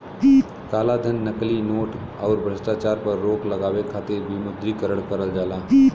कालाधन, नकली नोट, आउर भ्रष्टाचार पर रोक लगावे खातिर विमुद्रीकरण करल जाला